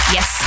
Yes